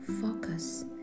focus